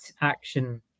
action